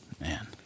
Man